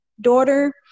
daughter